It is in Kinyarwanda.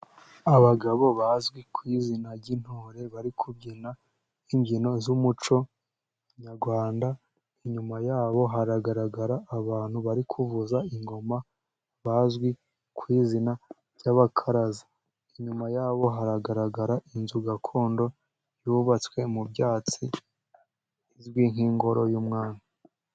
Abagabo bazwi ku izina ry'intore, bari kubyina'imbyino z'umuco nyarwanda, inyuma yabo hagaragara abantu bari kuvuza ingoma bazwi ku izina ry'abakaraza, inyuma yabo hagaragara inzu gakondo yubatswe mu byatsi izwi nk'ingoro y'umwami.